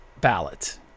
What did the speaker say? ballot